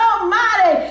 Almighty